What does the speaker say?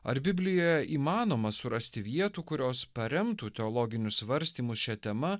ar biblija įmanoma surasti vietų kurios paremtų teologinius svarstymus šia tema